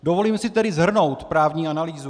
Dovolím si tedy shrnout právní analýzu.